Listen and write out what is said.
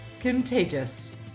contagious